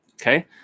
okay